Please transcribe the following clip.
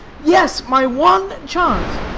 yes, my one chance.